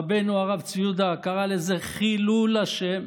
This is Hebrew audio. רבנו הרב צבי יהודה קרא לזה חילול השם.